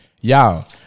Y'all